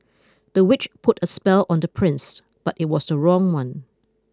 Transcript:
the witch put a spell on the prince but it was the wrong one